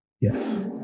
Yes